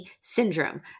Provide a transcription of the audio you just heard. syndrome